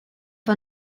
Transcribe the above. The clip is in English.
for